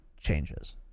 changes